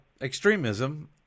extremism